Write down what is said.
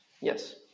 Yes